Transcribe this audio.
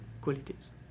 qualities